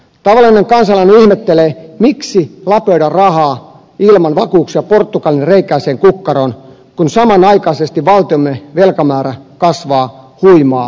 tavallinen kansalainen ihmettelee miksi lapioida rahaa ilman vakuuksia portugalin reikäiseen kukkaroon kun samanaikaisesti valtiomme velkamäärä kasvaa huimaa vauhtia